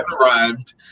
arrived